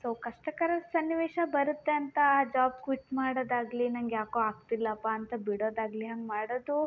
so ಕಷ್ಟಕರ ಸನ್ನಿವೇಶ ಬರುತ್ತೆ ಅಂತ ಆ ಜಾಬ್ ಕ್ವಿಟ್ ಮಾಡೊದಾಗಲಿ ನಂಗೆ ಯಾಕೋ ಆಗ್ತಿಲ್ಲಪ್ಪ ಅಂತ ಬಿಡೋದಾಗಲಿ ಹಂಗೆ ಮಾಡೋದು